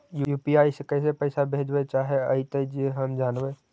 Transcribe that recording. UPI से कैसे पैसा भेजबय चाहें अइतय जे हम जानबय?